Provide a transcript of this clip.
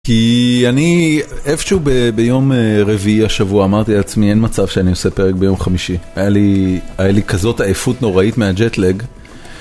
כי אני, איפשהו ביום רביעי השבוע אמרתי לעצמי, אין מצב שאני עושה פרק ביום חמישי. היה לי, היה לי כזאת עייפות נוראית מהג'טלג.